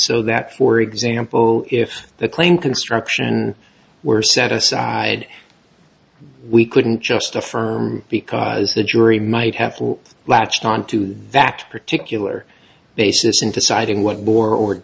so that for example if the claim construction were set aside we couldn't just affirm because the jury might have latched onto that particular basis in deciding what